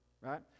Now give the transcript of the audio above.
right